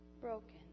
broken